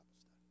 study